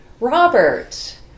Robert